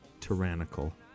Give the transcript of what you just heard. tyrannical